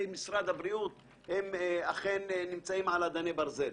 משרד הבריאות אכן נמצאים על אדני ברזל.